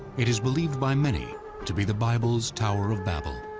it is believed by many to be the bible's tower of babel.